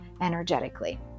energetically